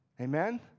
Amen